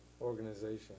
Organization